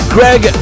Greg